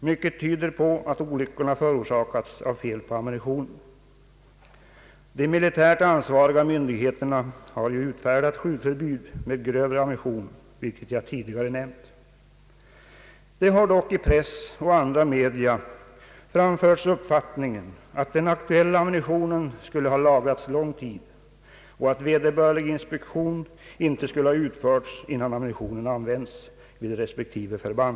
mycket tyder på att olyckorna förorsakats av fel på ammunitionen. De militärt ansvariga myndigheterna har utfärdat skjutförbud med grövre ammunition, vilket jag tidigare nämnt. Det har dock i pressen och andra media framförts uppfattningen att den aktuella ammunitionen skulle ha lagrats lång tid och att vederbörlig inspektion icke skulle ha utförts innan ammunitionen använts vid respektive förband.